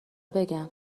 بگم